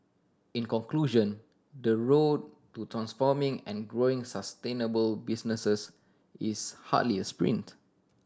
in conclusion the road to transforming and growing sustainable businesses is hardly a sprint